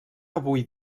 avui